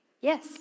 Yes